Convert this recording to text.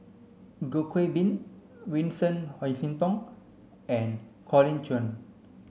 Goh Qiu Bin Vincent Hoisington and Colin Cheong